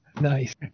Nice